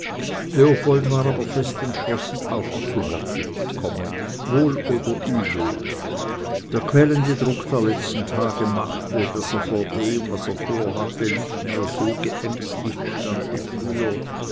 leopold war aber fest entschlossen auch zu worte zu kommen wohl oder übel der quälende druck der letzten tage machte daß er vor dem was er vorhatte nicht mehr so geängstigt stand wie früher